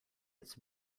its